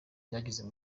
ryagize